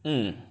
mm